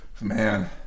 Man